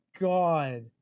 god